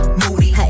moody